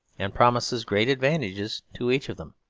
and promises great advantages to each of them.